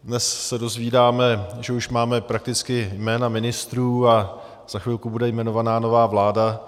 Dnes se dozvídáme, že už máme prakticky jména ministrů a za chvilku bude jmenovaná nová vláda.